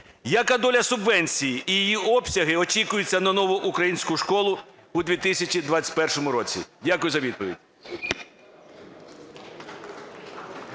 Яка доля субвенції і її обсяги очікуються на "Нову українську школу" у 2021 році? Дякую за відповідь.